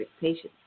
patients